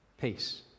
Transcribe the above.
Peace